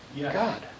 God